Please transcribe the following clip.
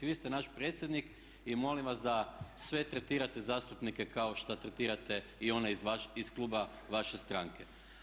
Vi ste naš predsjednik i molim vas da sve tretirate zastupnike kao što tretirate i one iz kluba vaše stranke.